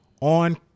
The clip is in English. on